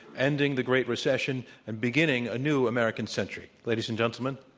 ending the great recession, and beginning a new american century. ladies and gentlemen,